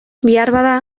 beharbada